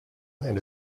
and